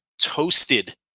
toasted